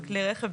בכלי רכב,